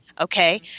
Okay